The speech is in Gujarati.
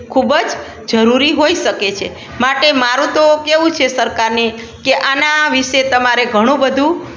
ખૂબ જ જરૂરી હોઈ શકે છે માટે મારું તો કેવું છે સરકારને કે આના વિષે તમારે ઘણુંબધું